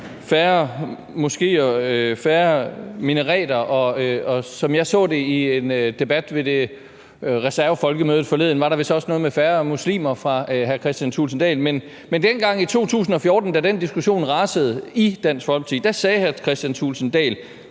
færre minareter og, som jeg så det i en debat ved reservefolkemødet forleden, så var der vist også noget med færre muslimer. Men dengang i 2014, da den diskussion rasede i Dansk Folkeparti, sagde hr. Kristian Thulesen